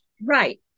Right